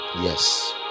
yes